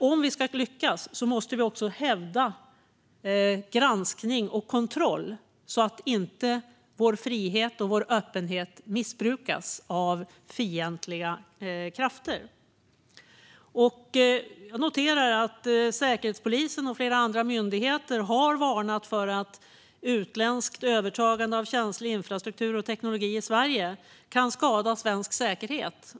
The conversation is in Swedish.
Om vi ska lyckas måste vi hävda granskning och kontroll så att vår frihet och öppenhet inte missbrukas av fientliga krafter. Jag noterar att Säkerhetspolisen och flera andra myndigheter har varnat för att utländskt övertagande av känslig infrastruktur och teknologi i Sverige kan skada svensk säkerhet.